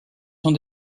sont